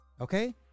Okay